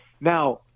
Now